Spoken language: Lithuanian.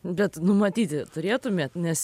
bet numatyti turėtumėt nes